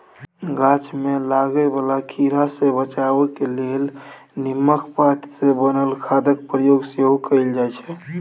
गाछ मे लागय बला कीड़ा सँ बचेबाक लेल नीमक पात सँ बनल खादक प्रयोग सेहो कएल जाइ छै